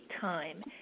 time